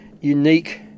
unique